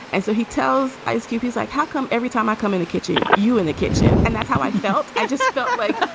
and so he tells ice cube, he's like, how come every time i come in the kitchen, you in the kitchen? and that's how i felt i just felt like